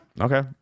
Okay